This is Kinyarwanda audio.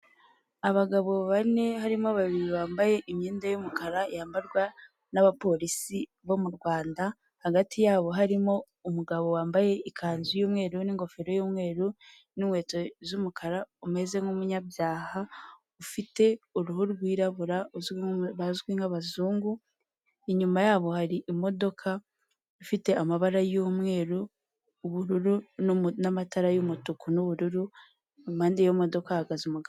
Abagabo bane harimo babiri bambaye imyenda y'umukara yambarwa n'abapolisi bo mu Rwanda hagati y'abo harimo umugabo wambaye ikanzu y'umweru n'ingofero y'umweru n'inkweto z'umukara, umeze nk'umunyabyaha ufite uruhu rwirabura bazwi nk'abazungu. Inyuma y'abo hari imodoka ifite amabara y'umweru, ubururu n'amatara y'umutuku n'ubururu impande y'imodoka hahagaze umugabo.